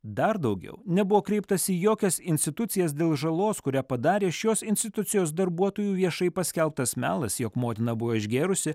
dar daugiau nebuvo kreiptasi į jokias institucijas dėl žalos kurią padarė šios institucijos darbuotojų viešai paskelbtas melas jog motina buvo išgėrusi